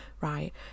right